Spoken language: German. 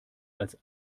als